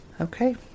okay